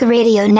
Radio